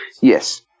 Yes